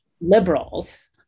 liberals